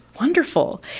Wonderful